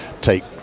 take